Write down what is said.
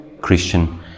Christian